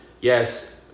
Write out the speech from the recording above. yes